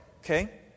okay